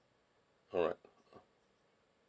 alright